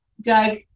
Doug